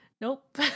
nope